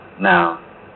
now